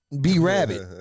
B-Rabbit